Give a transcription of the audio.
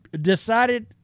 decided